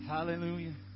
Hallelujah